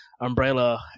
umbrella